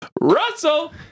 Russell